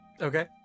Okay